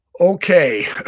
Okay